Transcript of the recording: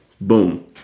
boom